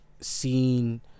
seen